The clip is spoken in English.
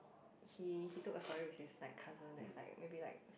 he he took a story which is like castle that's like maybe like